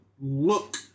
look